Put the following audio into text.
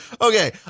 Okay